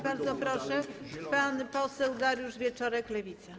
Bardzo proszę pan poseł Dariusz Wieczorek, Lewica.